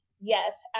Yes